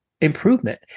improvement